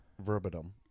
verbatim